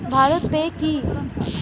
Bharat pay কি?